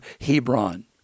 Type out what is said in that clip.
Hebron